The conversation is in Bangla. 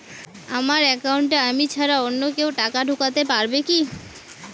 আমার একাউন্টে আমি ছাড়া অন্য কেউ টাকা ঢোকাতে পারবে কি?